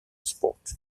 sport